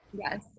Yes